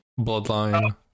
Bloodline